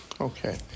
Okay